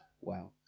Wow